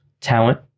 talent